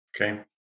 Okay